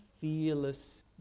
fearless